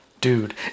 dude